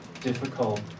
difficult